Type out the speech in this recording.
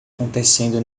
acontecendo